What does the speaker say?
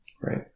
right